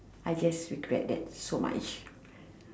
I just regret that so much